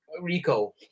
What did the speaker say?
Rico